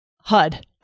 HUD